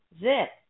Zip